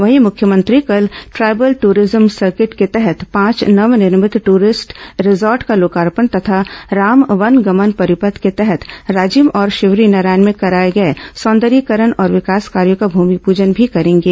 वहीं मुख्यमंत्री कल ट्राइबल ट्ररिज्म सर्किट के तहत पांच नवनिर्मित ट्ररिस्ट रिसॉर्ट का लोकार्पण तथा राम वनगमन परिपथ के तहत राजिम और शिवरीनारायण में कराए गए सौंदर्यीकरण और विकास कार्यों का भूमिपूजन भी करेंगे